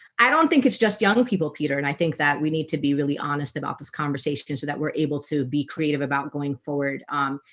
i don't think it's just young people peter and i think that we need to be really honest about this conversation so that we're able to be creative about going forward um,